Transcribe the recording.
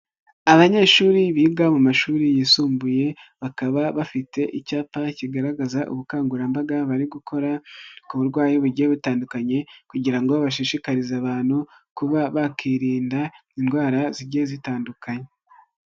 Abanyeshuri biga mu mashuri yisumbuye bakaba bafite icyapa kigaragaza ubukangurambaga bari gukora ku burwayi bugiye butandukanye kugira ngo bashishikarize abantu kuba bakirinda indwara zijye zitandukanye.